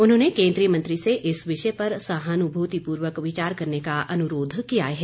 उन्होंने केन्द्रीय मंत्री से इस विषय पर सहानुभूतिपूर्वक विचार करने का अनुरोध किया है